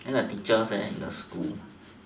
then the teachers in the school